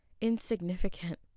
insignificant